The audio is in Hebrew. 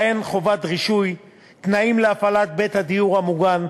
ובהן חובת רישוי, תנאים להפעלת בית הדיור המוגן,